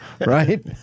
Right